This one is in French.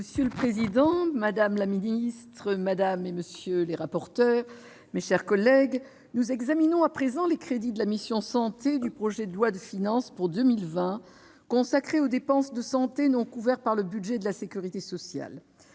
Monsieur le président, madame la secrétaire d'État, mes chers collègues, nous examinons à présent les crédits de la mission « Santé » du projet de loi de finances pour 2020, consacrée aux dépenses de santé non couvertes par le budget de la sécurité sociale.